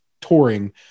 touring